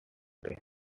day